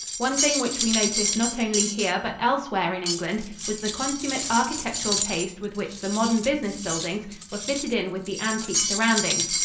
one thing which we noticed not only here but elsewhere in england was the consummate architectural taste with which the modern business buildings were fitted in with the antique surroundings,